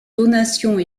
donations